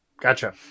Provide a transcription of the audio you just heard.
Gotcha